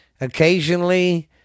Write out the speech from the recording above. Occasionally